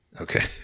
Okay